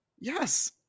yes